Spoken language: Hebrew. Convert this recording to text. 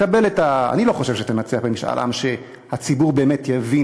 אני לא חושב שתנצח במשאל עם כשהציבור באמת יבין